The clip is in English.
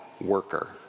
worker